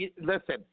listen